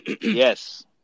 Yes